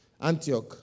Antioch